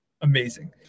amazing